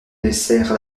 dessert